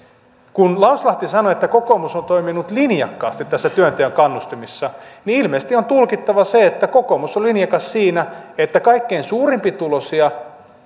kun lauslahti sanoi että kokoomus on toiminut linjakkaasti tässä työnteon kannustamisessa niin ilmeisesti on tulkittava niin että kokoomus on linjakas siinä että kaikkein suurituloisimpia